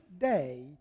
day